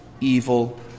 evil